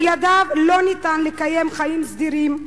בלעדיו לא ניתן לקיים חיים סדירים,